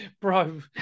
bro